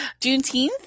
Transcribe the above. Juneteenth